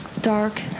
dark